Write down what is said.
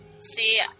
See